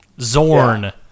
Zorn